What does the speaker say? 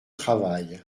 travail